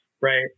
right